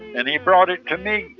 and he brought it to me.